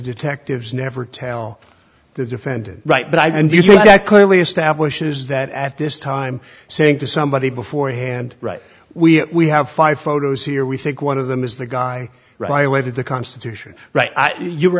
detectives never tell the defendant right but i think that clearly establishes that at this time saying to somebody beforehand right we have five photos here we think one of them is the guy right away did the constitution right you were